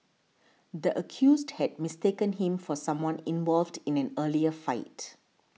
the accused had mistaken him for someone involved in an earlier fight